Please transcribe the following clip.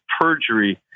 perjury